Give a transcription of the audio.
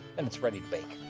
and it's ready to bake.